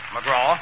McGraw